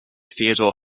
theodore